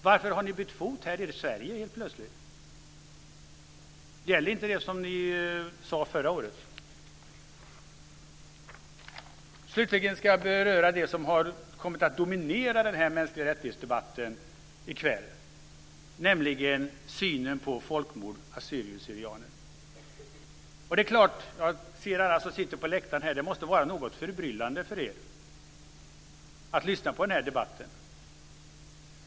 Varför har ni helt plötsligt bytt fot i Sverige? Gäller inte det som ni sade förra året? Slutligen ska jag beröra det som har kommit att dominera debatten om mänskliga rättigheter i kväll, nämligen synen på folkmord när det gäller assyrier/syrianer. Jag ser alla som sitter på läktaren. Det måste vara förbryllande för er att lyssna på debatten.